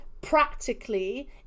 practically